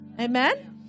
Amen